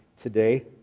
today